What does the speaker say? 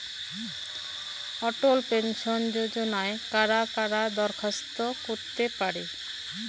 অটল pension যোজনায় কারা কারা দরখাস্ত করতে পারে?